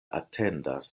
atendas